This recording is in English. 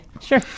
Sure